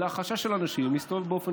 אלא על החשש של אנשים להסתובב באופן